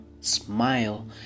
smile